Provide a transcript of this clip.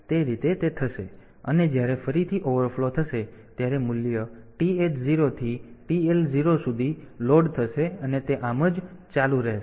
તેથી તે રીતે તે થશે અને જ્યારે ફરીથી ઓવરફ્લો થશે ત્યારે મૂલ્ય TH 0 થી TL 0 સુધી લોડ થશે અને તે આમ જ ચાલુ રહેશે